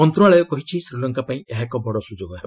ମନ୍ତଶାଳୟ କହିଛି ଶ୍ରୀଲଙ୍କା ପାଇଁ ଏହା ଏକ ବଡ଼ ସୁଯୋଗ ହେବ